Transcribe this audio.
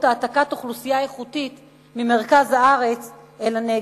העתקת אוכלוסייה איכותית ממרכז הארץ לנגב.